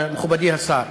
מכובדי השר.